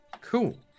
Cool